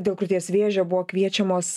dėl krūties vėžio buvo kviečiamos